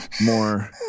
More